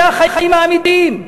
זה החיים האמיתיים.